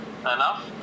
enough